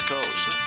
Coast